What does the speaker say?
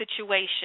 situation